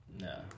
no